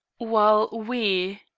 while we,